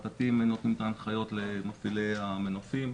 האתתים נותנים את ההנחיות למפעילי המנופים.